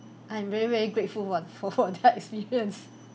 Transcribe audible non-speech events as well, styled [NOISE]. I'm very very grateful [one] [LAUGHS] for for that experience